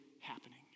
happening